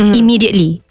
immediately